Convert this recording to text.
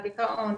דכאון,